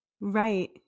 Right